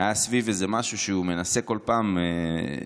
היו סביב איזה משהו שבו הוא מנסה כל פעם להוכיח